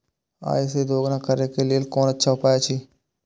आय के दोगुणा करे के लेल कोन अच्छा उपाय अछि?